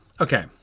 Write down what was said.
okay